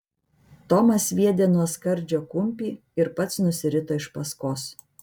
tomas sviedė nuo skardžio kumpį ir pats nusirito iš paskos